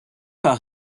par